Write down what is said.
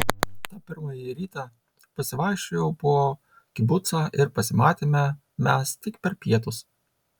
tą pirmąjį rytą pasivaikščiojau po kibucą ir pasimatėme mes tik per pietus